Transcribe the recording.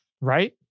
Right